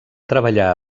treballar